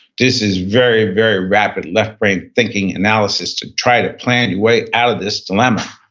this is very, very rapid left brain thinking analysis to try to plan your way out of this dilemma